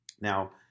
Now